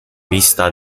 vista